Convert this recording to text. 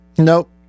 Nope